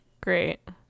great